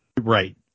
Right